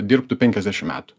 dirbtų penkiasdešim metų